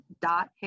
dot